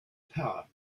power